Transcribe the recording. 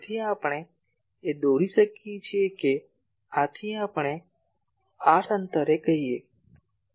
તેથી આપણે એ દોરી શકીએ કે આથી આપણે R અંતરે કહીએ